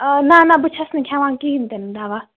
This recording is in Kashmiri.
نہَ نہَ بہٕ چھَس نہٕ کھٮ۪وان کِہیٖنٛۍ تہٕ نہٕ دوا